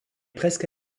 presque